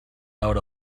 out